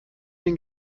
den